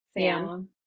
Sam